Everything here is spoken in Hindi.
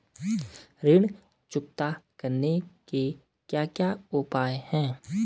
ऋण चुकता करने के क्या क्या उपाय हैं?